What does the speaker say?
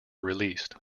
released